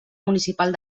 municipal